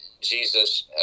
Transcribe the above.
Jesus